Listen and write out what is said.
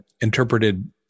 interpreted